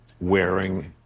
wearing